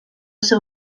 seu